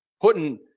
putting